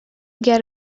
get